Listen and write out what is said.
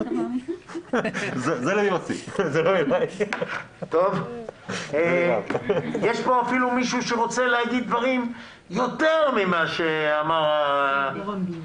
יש פה אפילו מישהו שרוצה להגיד דברים יותר ממה שאמר --- ירון גינדי.